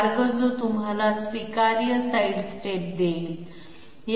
मार्ग जो आम्हाला स्वीकार्य साईड स्टेप देईल